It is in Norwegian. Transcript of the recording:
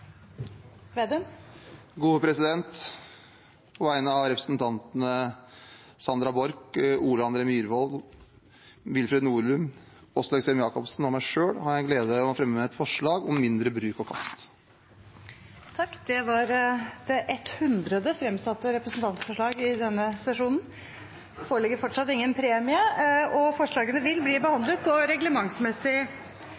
På vegne av representantene Sandra Borch, Ole André Myhrvold, Willfred Nordlund, Åslaug Sem-Jacobsen og meg selv har jeg gleden av å fremme forslag om mindre bruk og kast. Det var det etthundrede fremsatte representantforslag i denne sesjonen. Det foreligger fortsatt ingen premie! Forslagene vil bli